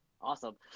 awesome